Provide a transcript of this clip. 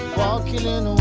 walking in